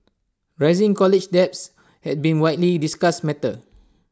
rising college debts has been widely discussed matter